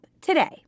today